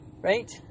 right